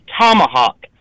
Tomahawk